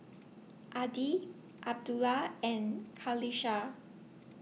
Adi Abdullah and Qalisha